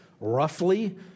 roughly